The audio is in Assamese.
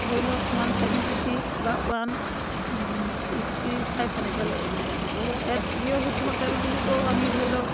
ধৰি লওক ওৱান ছেভেণ্টি থ্ৰী বা ওৱান ছিক্সটি ফাইভ সেনেকৈ লয় এক লিটাৰ সেয়াত প্ৰিঅ' শুদ্ধ তেল বুলিতো আমি ধৰি লওক